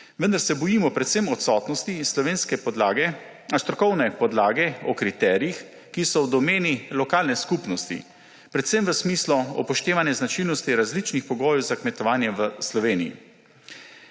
vendar se bojimo predvsem odsotnosti strokovne podlage o kriterijih, ki so v domeni lokalne skupnosti, predvsem v smislu upoštevanja značilnosti različnih pogojev za kmetovanje v Sloveniji.